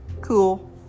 cool